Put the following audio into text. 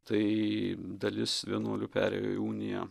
tai dalis vienuolių perėjo į uniją